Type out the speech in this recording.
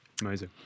Amazing